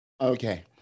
okay